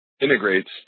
Integrates